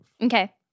Okay